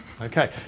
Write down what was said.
Okay